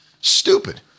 Stupid